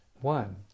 One